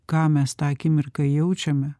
ką mes tą akimirką jaučiame